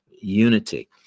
unity